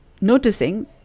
noticing